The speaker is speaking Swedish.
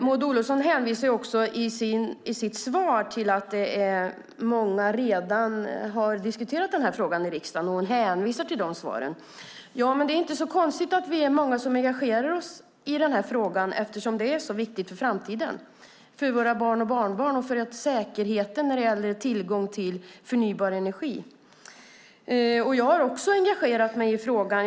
Maud Olofsson säger i sitt svar att många redan har diskuterat frågan i riksdagen, och hon hänvisar till de svaren. Ja, men det är inte så konstigt att vi är många som är engagerar oss i frågan, eftersom det är så viktigt för framtiden för våra barn och barnbarn och för säkerheten när det gäller tillgången på förnybar energi. Jag har också engagerat mig i frågan.